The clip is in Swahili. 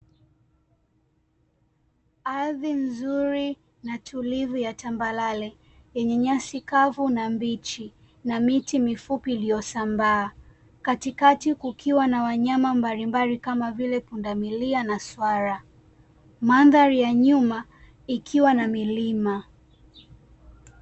Ardhi nzuri na tulivu ya tambarare yenye nyasi kavu na mbichi na miti mifupi iliyosambaa. Katikati kukiwa na wanyama mbalimbali kama vile pundamilia na swala. Mandhari ya nyuma ikiwa na milima.